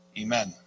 Amen